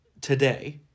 today